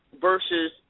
versus